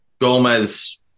Gomez